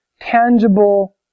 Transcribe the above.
tangible